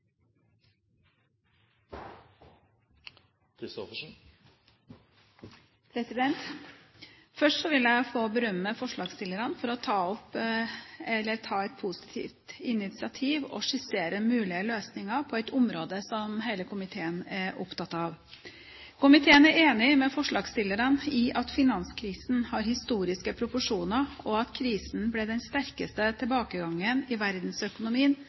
vedtatt. Først vil jeg få berømme forslagsstillerne for å ta et positivt initiativ og skissere mulige løsninger på et område som hele komiteen er opptatt av. Komiteen er enig med forslagsstillerne i at finanskrisen har historiske proporsjoner, og at krisen ble den sterkeste tilbakegangen i